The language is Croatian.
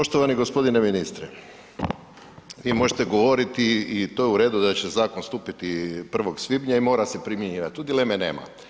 Poštovani g. ministre, vi možete govoriti i to je u redu da će zakon stupiti 1. svibnja i mora se primjenjivati, tu dileme nema.